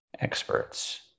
experts